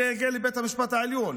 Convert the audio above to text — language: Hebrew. זה יגיע לבית המשפט העליון,